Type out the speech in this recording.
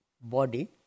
body